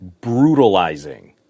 brutalizing